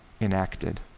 enacted